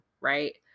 right